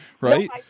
right